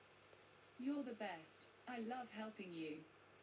you're the best I love helping you